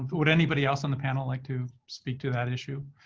would anybody else on the panel like to speak to that issue?